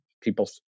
People